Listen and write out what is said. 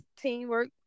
teamwork